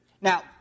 now